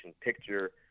picture